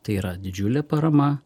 tai yra didžiulė parama